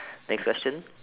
next question